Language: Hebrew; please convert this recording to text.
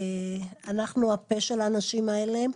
אנחנו הפה של האנשים האלה.